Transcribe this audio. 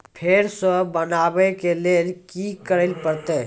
फेर सॅ बनबै के लेल की करे परतै?